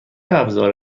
ابزار